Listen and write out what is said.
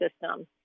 system